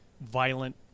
violent